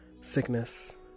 sickness